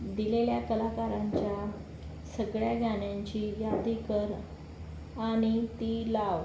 दिलेल्या कलाकारांच्या सगळ्या गाण्यांची यादी कर आणि ती लाव